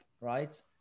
right